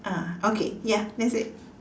ah okay ya that's it